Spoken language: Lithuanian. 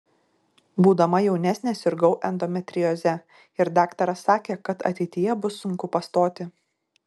būdama jaunesnė sirgau endometrioze ir daktaras sakė kad ateityje bus sunku pastoti